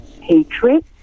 hatred